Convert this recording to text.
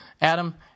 Adam